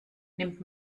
nimmt